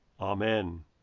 Amen